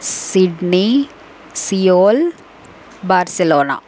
Sydney Seoul Barcelona